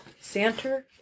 Santa